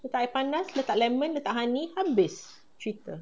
letak air panas letak lemon letak honey habis cerita